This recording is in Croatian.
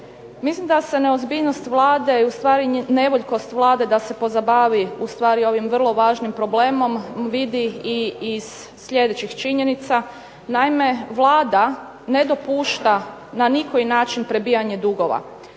Mislim da se neozbiljnost Vlada i u stvari nevoljkost Vlade da se pozabavi u stvari ovim vrlo važnim problemom vidi i iz sljedećih činjenica. Naime, Vlada ne dopušta na nikoji način prebijanje dugova.